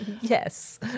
Yes